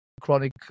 Chronic